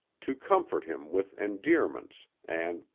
to comfort him with endearments, and,